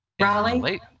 Raleigh